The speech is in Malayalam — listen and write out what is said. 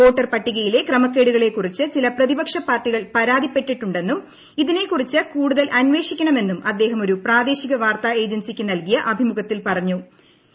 വോട്ടർ പട്ടികയിലെ ക്രമക്കേടുകളെക്കുറിച്ച് ചില പ്രതിപക്ഷ പാർട്ടികൾ പരാതിപ്പെട്ടിട്ടുണ്ടെന്നും ഇതിനെക്കുറിച്ച് കൂടുതൽ അന്വേഷിക്കണമെന്നും അദ്ദേഹം ഒരു പ്രാദേശിക വാർത്താ ഏജൻസിക്ക് നൽകിയ അഭിമുഖത്തിൽ പറഞ്ഞൂ